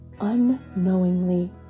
unknowingly